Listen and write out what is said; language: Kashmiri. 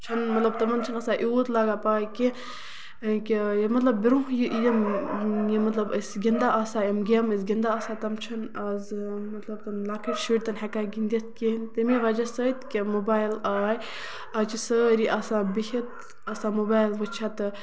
چھےٚ نہٕ آسان تِمن چھُنہٕ آسان یوٗت لَگان پَے کیٚنہہ کہِ مطلب برونہہ یہِ یم یِم مطلب أسۍ گِندان آسان یِم گیمہٕ ٲسۍ گِندان آسان تِم چھِ نہٕ چھِنہٕ آز مطلب تِم لۄکٔٹۍ شُرۍ تہِ نہٕ ہٮ۪کان گِندِتھ کیٚنہہ تَمی وَجہہ سۭتۍ کہِ موبایِل آیہِ آز چھِ سٲری آسان بِہِتھ آسان موبایِل وٕچھان تہٕ